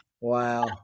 Wow